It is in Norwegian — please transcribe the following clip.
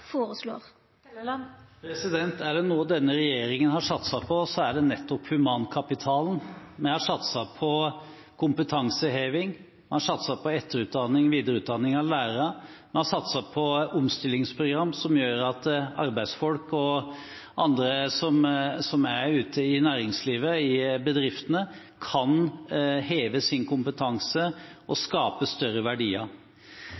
Er det noe denne regjeringen har satset på, så er det nettopp humankapitalen. Vi har satset på kompetanseheving. Vi har satset på etterutdanning, på videreutdanning av lærere. Vi har satset på omstillingsprogram som gjør at arbeidsfolk og andre som er ute i næringslivet, i bedriftene, kan heve sin kompetanse og